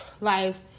life